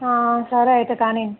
సరే అయితే కానివ్వండి